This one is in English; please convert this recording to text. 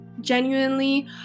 genuinely